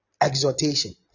exhortation